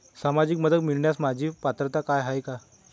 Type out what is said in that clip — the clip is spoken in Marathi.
सामाजिक मदत मिळवण्यास माझी पात्रता आहे का?